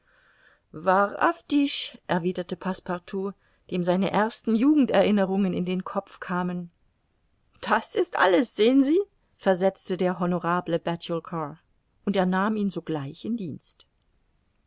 erwiderte passepartout dem seine ersten jugenderinnerungen in den kopf kamen das ist alles sehen sie versetzte der honorable batulcar und er nahm ihn sogleich in dienst